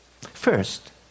First